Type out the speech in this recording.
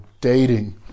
dating